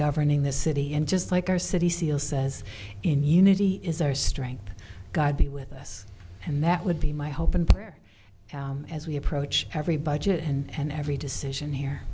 governing this city and just like our city seal says in unity is our strength god be with us and that would be my hope and prayer as we approach every budget and every decision here